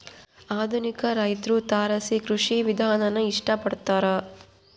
ಆಧುನಿಕ ರೈತ್ರು ತಾರಸಿ ಕೃಷಿ ವಿಧಾನಾನ ಇಷ್ಟ ಪಡ್ತಾರ